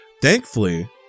Thankfully